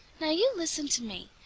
now, you listen to me.